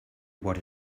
what